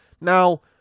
Now